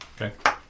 Okay